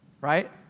right